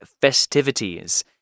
festivities